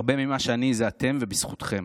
הרבה ממה שאני זה אתם ובזכותכם.